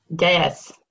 Yes